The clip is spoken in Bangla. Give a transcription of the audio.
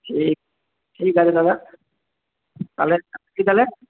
ঠিক ঠিক আছে দাদা তাহলে রাখছি তাহলে